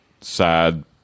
sad